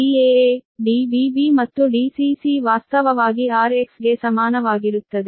Daa Dbb ಮತ್ತು Dcc ವಾಸ್ತವವಾಗಿ rx ಗೆ ಸಮಾನವಾಗಿರುತ್ತದೆ